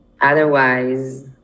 otherwise